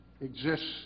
exists